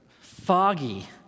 foggy